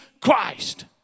Christ